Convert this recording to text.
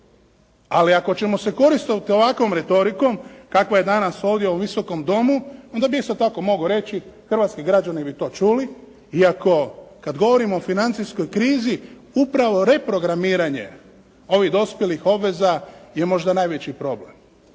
Ali ako ćemo se koristiti ovakvom retorikom kakva je danas ovdje u Visokom domu, onda bi isto tako mogao reći hrvatski građani bi to čuli, iako kad govorim o financijskoj krizi upravo reprogramiranje ovih dospjelih obveza je možda najveći problem.